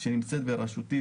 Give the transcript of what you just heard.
שנמצאת ברשותי,